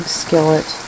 skillet